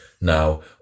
now